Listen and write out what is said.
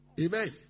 amen